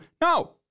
no